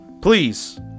please